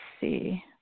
see